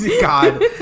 God